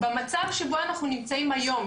במצב שבו אנחנו מודיעים היום,